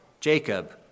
Jacob